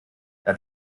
der